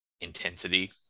intensity